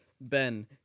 Ben